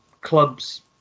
clubs